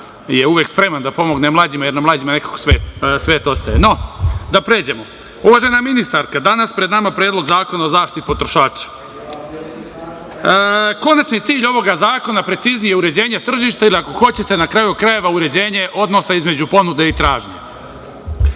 da je uvek spreman da pomogne mlađima, jer na mlađima nekako svet ostaje. No, da pređemo. Uvažena ministarka, danas pred nama je Predlog zakona o zaštiti potrošača. Konačni cilj ovoga zakona preciznije i uređenje tržišta ili ako hoćete na kraju krajeva uređenje odnosa između ponude i tražnje.